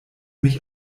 mich